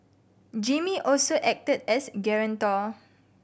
Jimmy also acted as a guarantor